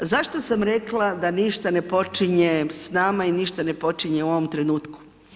Zašto sam rekla da ništa ne počinje s nama i ništa ne počinje u ovom trenutku.